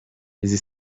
izi